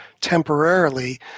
temporarily